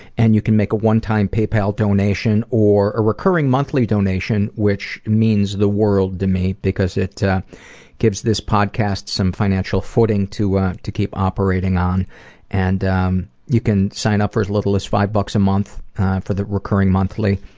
and you can make a one time donation or a recurring monthly donation, which means the world to me because it gives this podcast some financial footing to to keep operating on and um you can sign up for as little as five bucks a month for the recurring monthly.